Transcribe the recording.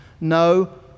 No